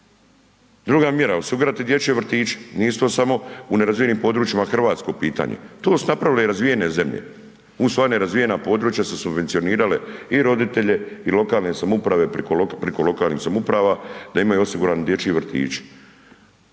Druga mjera, osigurati dječje vrtiće, nisu to samo u nerazvijenijim područjima hrvatsko pitanje, to su napravile i razvijene zemlje u svoja nerazvijena područja su subvencionirale i roditelje i lokalne samouprave preko lokalnih samouprava da imaju osigurane dječje vrtiće.